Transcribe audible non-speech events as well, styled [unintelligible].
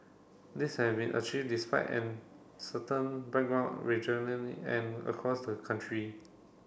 this has been achieved despite an certain background [unintelligible] and across the country